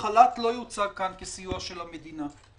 שהחל"ת לא יוצג כאן כסיוע של המדינה.